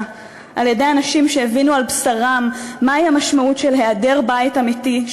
על-ידי אנשים שהבינו על בשרם מהי המשמעות של היעדר בית אמיתי,